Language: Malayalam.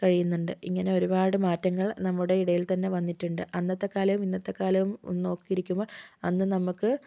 കഴിയുന്നുണ്ട് ഇങ്ങനെ ഒരുപാട് മാറ്റങ്ങൾ നമ്മുടെ ഇടയിൽ തന്നേ വന്നിട്ടുണ്ട് അന്നത്തേ കാലവും ഇന്നത്തേ കാലവും ഒന്നു നോക്കിയിരിക്കുമ്പോൾ അന്ന് നമുക്ക്